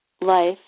Life